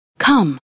Come